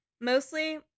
Mostly